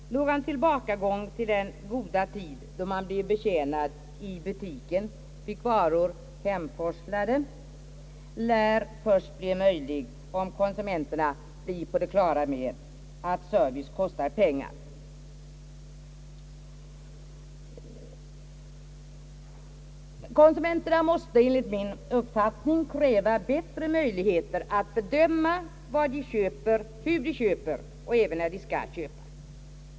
Någon tillbakagång till den goda tiden, då man blev betjänad i butiken och fick varorna hemforslade, lär bli möjlig först om konsumenterna blir på det klara med att service kostar pengar. Konsumenterna måste enligt denna uppfattning kräva bättre möjligheter att bedöma vad de köper, hur de köper och även när de skall köpa.